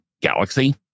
galaxy